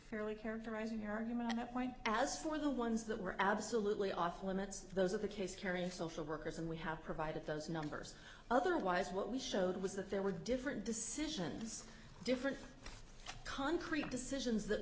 fairly characterizing argument a point as for the ones that were absolutely off limits those are the case carrying social workers and we have provided those numbers otherwise what we showed was that there were different decisions different concrete decisions that